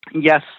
yes